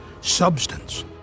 substance